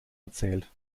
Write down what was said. erzählt